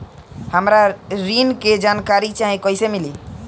हमरा ऋण के जानकारी चाही कइसे मिली?